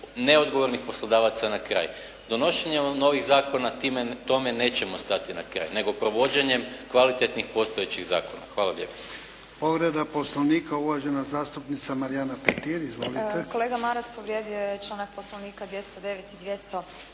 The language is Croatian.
neodgovornih poslodavaca na kraj. Donošenjem novih zakona tome nećemo stati na kraj, nego provođenjem kvalitetnih postojećih zakona. Hvala lijepo. **Jarnjak, Ivan (HDZ)** Povreda Poslovnika uvažena zastupnica Marijana Petir. Izvolite. **Petir, Marijana (HSS)** Kolega Maras povrijedio je članak Poslovnika 209. i 210.